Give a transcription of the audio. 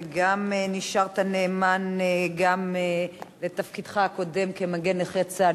וגם נשארת נאמן לתפקידך הקודם כמגן נכי צה"ל,